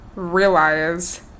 realize